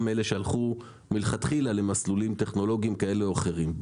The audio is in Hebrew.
אלה שהלכו מלכתחילה למסלולים טכנולוגיים כאלה או אחרים.